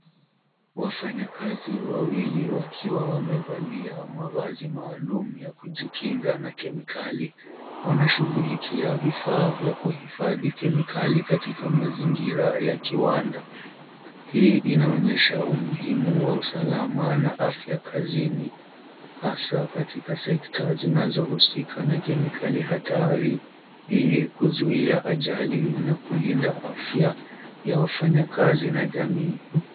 Wafanyakazi wawili, wakiwa wamevalia mavazi maalum ya kujikinga na kemikali, wanashughulikia vifaa vya kuhifadhi kemikali katika mazingira ya kiwanda. Hii inaonyesha umuhimu wa usalama na afya kazini, hasa katika sekta zinazohusika na kemikali hatari, ili kuzuia ajali na kulinda afya ya wafanyakazi na jamii.